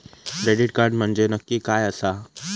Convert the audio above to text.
Credit card म्हंजे नक्की काय आसा?